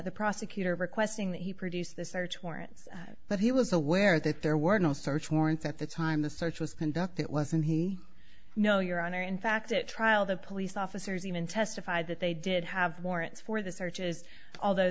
the prosecutor requesting that he produce the search warrants but he was aware that there were no search warrants at the time the search was conducted it wasn't he no your honor in fact at trial the police officers even testified that they did have warrants for the searches although